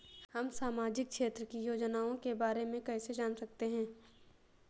हम सामाजिक क्षेत्र की योजनाओं के बारे में कैसे जान सकते हैं?